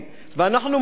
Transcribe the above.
שמאוגדים בה,